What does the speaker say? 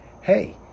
hey